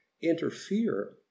interfere